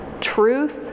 truth